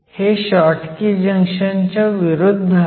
हे Schottky junction च्या विरुद्ध आहे